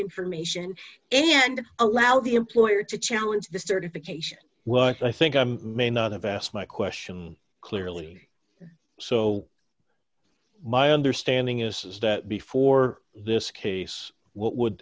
information and allow the employer to challenge the certification well i think i'm may not have asked my question clearly so my understanding is that before this case what would